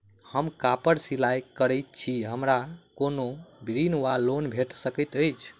हम कापड़ सिलाई करै छीयै हमरा कोनो ऋण वा लोन भेट सकैत अछि?